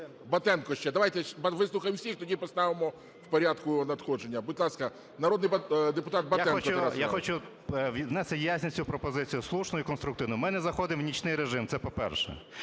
Батенко ще. Давайте вислухаємо всіх, тоді поставимо в порядку надходження. Будь ласка, народний депутат Батенко Тарас Іванович. 12:54:58 БАТЕНКО Т.І. Я хочу внести ясність в цю пропозицію, слушну і конструктивну. Ми не заходимо в нічний режим. Це по-перше.